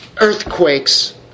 earthquakes